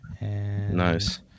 Nice